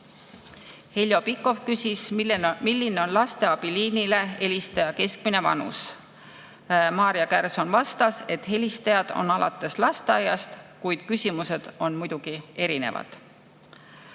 Heljo Pikhof küsis, milline on lasteabiliinile helistaja keskmine vanus. Maarja Kärson vastas, et helistajaid on alates lasteaia[lastest], kuid küsimused on muidugi erinevad.